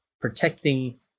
protecting